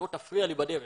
שלא יפריעו לי בדרך,